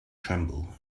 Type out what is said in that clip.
tremble